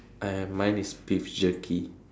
I have mine is beef jerky